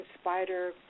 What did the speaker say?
spider